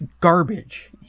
garbage